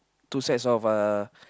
two sets of uh